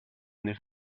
nel